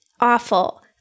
awful